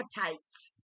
appetites